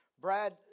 Brad